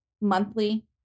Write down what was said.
monthly